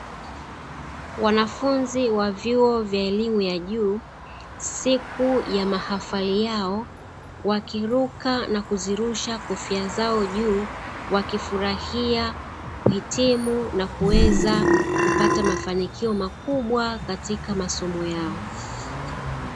Wanafunzi wa vyuo vya elimu ya juu, siku ya mahafali yao wakiruka na kuzirusha kofia zao juu, wakifurahia kuhitimu na kuweza kupata mafanikio makubwa katika masomo yao.